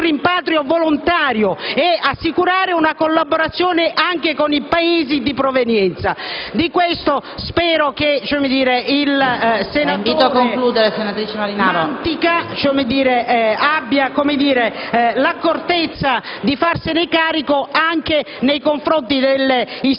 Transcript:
sul rimpatrio volontario ed assicurare una collaborazione anche con i Paesi di provenienza. Spero che il sottosegretario Mantica abbia l'accortezza di farsi carico di ciò anche nei confronti delle